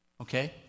Okay